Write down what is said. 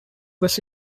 was